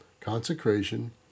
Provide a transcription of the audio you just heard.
consecration